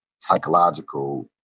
psychological